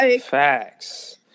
Facts